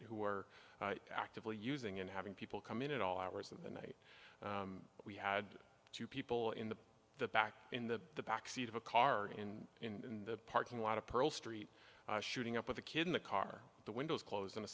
who are actively using and having people come in at all hours of the night we had two people in the the back in the backseat of a car in in the parking lot of pearl street shooting up with a kid in the car the windows closed on